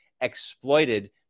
exploited